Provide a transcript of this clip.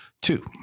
Two